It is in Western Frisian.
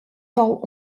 tal